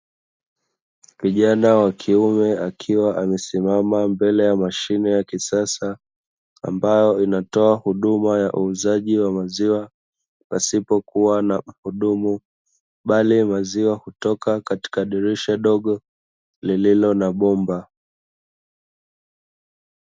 Kijana wa kiume, akiwa amesimama mbele ya mashine ya kisasa, ambayo inatoa huduma ya uuzaji wa maziwa pasipokuwa na mhudumu, bali maziwa hutoka katika dirisha dogo lililo na bomba.